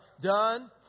Done